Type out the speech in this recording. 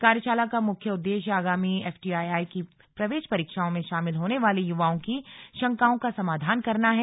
कार्यशाला का मुख्य उद्देश्य आगामी एफटीआईआई की प्रवेश परीक्षाओ में शामिल होने वाले युवाओं की शंकाओं का समाधान करना है